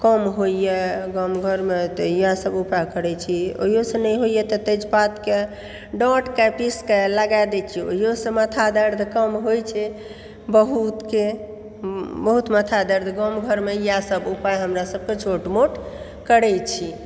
कम होइया गाम घरमे तऽ इएह सब उपाय करइ छी ओहियो से नहि होइया तऽ तेजपातके डाटके पीस कए लगा दै छी ओहियो से माथा दर्द कम होइ छै बहुतके बहुत माथा दर्द गाम घरमे इएह सब उपाय हमरा सभके छोट मोट करै छी